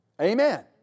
Amen